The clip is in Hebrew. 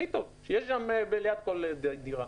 הכי טוב שיהיה ליד כל דירה.